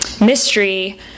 mystery